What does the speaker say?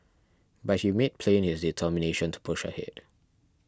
but he made plain his determination to push ahead